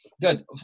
good